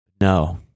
No